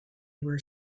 were